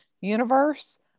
universe